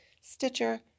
Stitcher